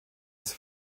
ist